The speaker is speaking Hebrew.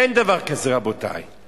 אין דבר כזה, רבותי.